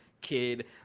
kid